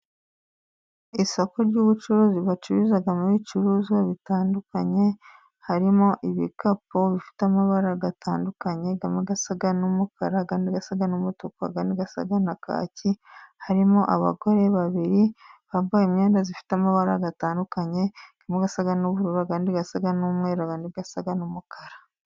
Isoko ry'ubucuruzi bacururizamo ibicuruzwa bitandukanye, harimo ibikapu bifite amabara atandukanye, amwe asa n'umukara, andi asa n'umutuku, andi asa na kaki, harimo abagore babiri bambaye imyenda ifite amabara atandukanye, amwe asa n'ubururu, andi asa n'umweru, andi asa n'umukara.